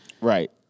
Right